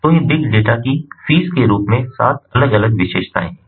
तो ये big data की फीस के रूप में 7 अलग अलग विशेषताएं हैं